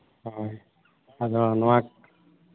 ᱦᱮᱸ ᱟᱫᱚ ᱱᱚᱣᱟ